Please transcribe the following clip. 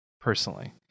personally